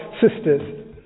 sisters